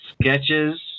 Sketches